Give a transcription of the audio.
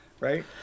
right